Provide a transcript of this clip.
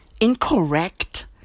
Incorrect